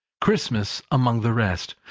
christmas among the rest.